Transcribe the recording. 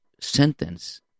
sentence